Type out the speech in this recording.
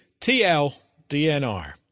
TLDNR